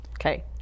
Okay